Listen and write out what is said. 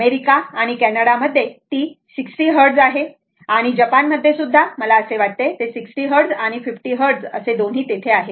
America आणि Canada मध्ये ती 60 हर्ट्झ आहे आणि जपान मध्ये सुद्धा मला असे वाटते 60 हर्ट्झ आणि 50 हर्ट्झ दोन्ही तेथे आहेत